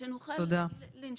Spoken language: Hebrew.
שנוכל לנשום.